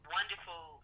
wonderful